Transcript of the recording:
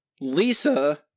Lisa